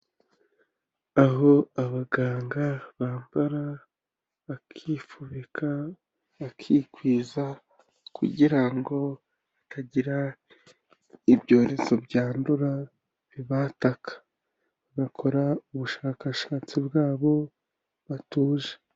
Aho abaganga bambara bakifubika bakikwiza kugira ngo hatagira ibyorezo byandura bibataka bakora ubushakashatsi bwabo batuje.